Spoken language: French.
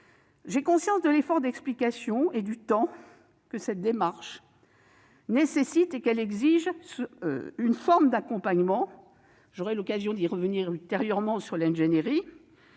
J'ai conscience de l'effort d'explication et du temps que cette démarche nécessite ; je sais qu'elle exige une forme d'accompagnement. J'aurai l'occasion d'y revenir ultérieurement au sujet de l'ingénierie.